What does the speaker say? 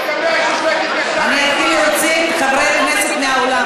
אני אתחיל להוציא חברי כנסת מהאולם,